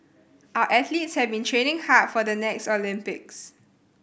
our athletes have been training hard for the next Olympics